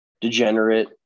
degenerate